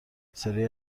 بسیاری